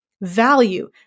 value